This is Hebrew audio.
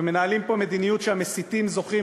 ומנהלים פה מדיניות שהמסיתים זוכים